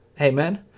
Amen